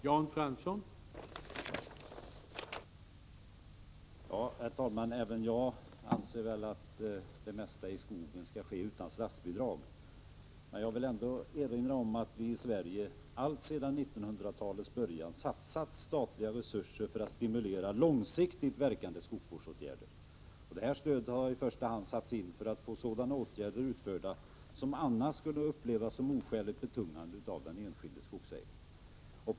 Herr talman! Även jag anser att det mesta inom skogsvården skall ske utan statsbidrag. Jag vill ändå erinra om att vi i Sverige alltsedan 1900-talets början satsat statliga resurser för att stimulera långsiktigt verkande skogsvårdsåtgärder. Detta stöd har i första hand satts in för att få så sådana åtgärder utförda som annars skulle upplevas som oskäligt betungande av den enskilde skogsägaren.